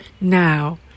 now